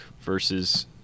versus